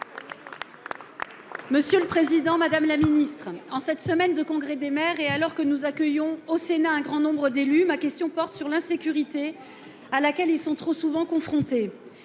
d'État chargée de la citoyenneté, en cette semaine de congrès des maires, et alors que nous accueillons au Sénat un grand nombre d'élus, ma question porte sur l'insécurité à laquelle ils sont trop souvent confrontés.